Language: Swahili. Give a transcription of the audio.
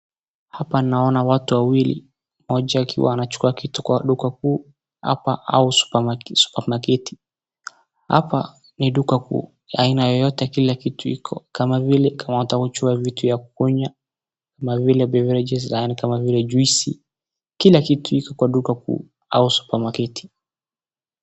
Hapa naona watu wawili. Mmoja akiwa anachukua kitu kwa duka kuu hapa au supermaket . Hapa, ni duka kuu ya aina yoyote kila kitu iko, kama vile, kama vitu ya kukunywa, kama vile beaverages yaani kama vile juici, kila kitu iko kwa duka kuu au supermaket .